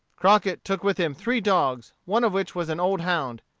crockett took with him three dogs, one of which was an old hound,